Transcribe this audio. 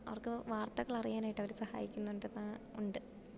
അവർക്ക് വാർത്തകളറിയാനായിട്ടവർ സഹായിക്കുന്നുണ്ട് ഉണ്ട്